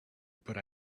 but